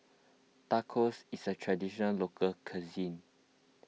Tacos is a Traditional Local Cuisine